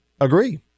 agree